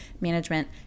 management